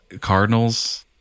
Cardinals